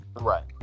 right